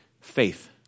Faith